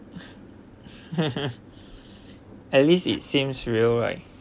at least it seems real right